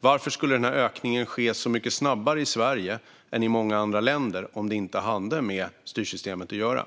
Varför skulle ökningen ske så mycket snabbare i Sverige än i många andra länder om det inte har med styrsystemet att göra?